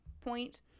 point